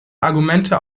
argumente